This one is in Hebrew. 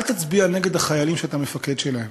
אל תצביע נגד החיילים שאתה מפקד שלהם.